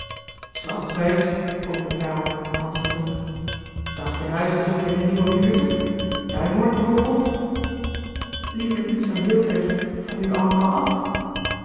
en sourdine dacht je een huis te zoeken in de nieuwe buurten duinoord bijvoorbeeld liever niet zoo heel ver van jullie allemaal af